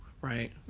right